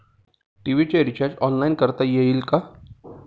TV चे recharge online करता येईल का?